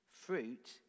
fruit